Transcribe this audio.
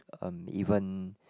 um even